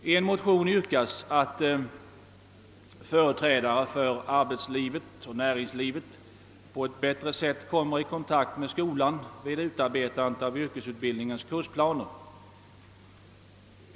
I en motion yrkas att företrädare för arbetslivet och näringslivet bereds till fälle till bättre kontakt med skolan vid utarbetande av =: yrkesutbildningens kursplaner.